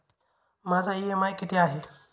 माझा इ.एम.आय किती आहे?